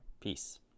Peace